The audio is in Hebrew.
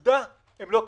בעובדה, הם לא קיבלו.